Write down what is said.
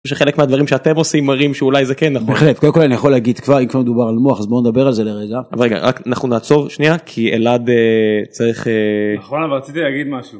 שחלק מהדברים שאתם עושים, מראים שאולי זה כן נכון. בהחלט. קודם כל אני יכול להגיד, אם כבר מדובר על מוח, אז בוא נדבר על זה לרגע, רגע. אנחנו נעצור שנייה כי אלעד צריך... נכון, אבל רציתי להגיד משהו.